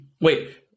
Wait